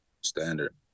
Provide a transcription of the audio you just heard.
standard